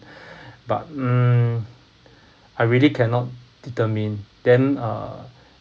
but um I really cannot determine then uh